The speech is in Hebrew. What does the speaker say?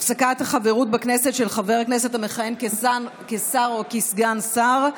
(הפסקת חברות בכנסת של חבר הכנסת המכהן כשר או כסגן שר),